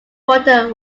water